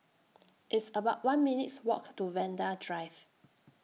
It's about one minutes' Walk to Vanda Drive